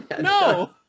no